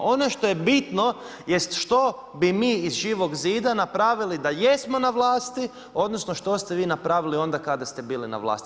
Ono što je bitno jest što bi mi iz Živog zida napravili da jesmo na vlasti, odnosno što ste vi napravili onda kada ste bili na vlasti.